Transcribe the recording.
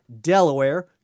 Delaware